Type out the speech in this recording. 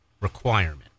requirement